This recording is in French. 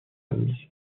admise